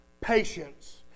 patience